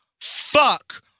fuck